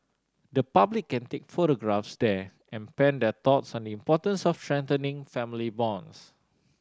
the public can take photographs there and pen their thoughts on the importance of strengthening family bonds